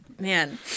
Man